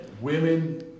Women